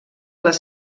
les